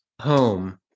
home